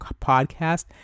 podcast